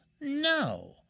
No